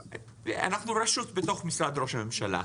אנחנו רשות בתוך משרד ראש הממשלה.